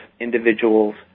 individuals